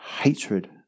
hatred